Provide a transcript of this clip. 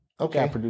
Okay